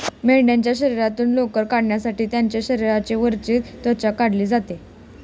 मेंढीच्या शरीरातून लोकर काढण्यासाठी त्यांची शरीराची वरची त्वचा काढली जाते